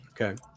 Okay